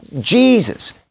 Jesus